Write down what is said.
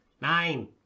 Nine